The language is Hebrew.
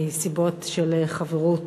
מסיבות של חברות